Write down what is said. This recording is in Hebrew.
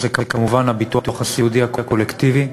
וזה כמובן הביטוח הסיעודי הקולקטיבי,